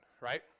right